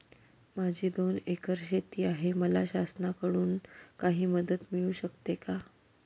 माझी दोन एकर शेती आहे, मला शासनाकडून काही मदत मिळू शकते का?